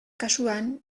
kasuan